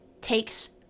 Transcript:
takes